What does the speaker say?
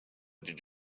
did